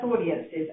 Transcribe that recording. audiences